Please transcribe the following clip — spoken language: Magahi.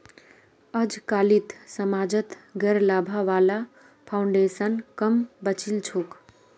अजकालित समाजत गैर लाभा वाला फाउन्डेशन क म बचिल छोक